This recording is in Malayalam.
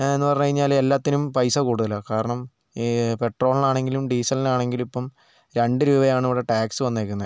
എന്ന് പറഞ്ഞു കഴിഞ്ഞാൽ എല്ലാത്തിനും പൈസ കൂടുതലാണ് കാരണം ഈ പെട്രോളിനാണെങ്കിലും ഡീസലിന് ആണെങ്കിലും ഇപ്പം രണ്ട് രൂപയാണ് ഇവിടെ ടാക്സ് വന്നിരിക്കുന്നത്